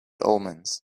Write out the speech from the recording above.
omens